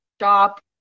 shop